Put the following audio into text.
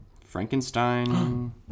Frankenstein